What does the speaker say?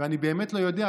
ואני באמת לא יודע,